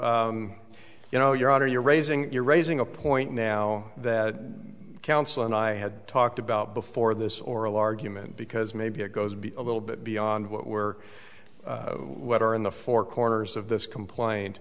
issue you know your honor you're raising you're raising a point now that counsel and i had talked about before this oral argument because maybe it goes be a little bit beyond what were what are in the four corners of this complaint